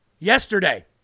Yesterday